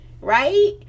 right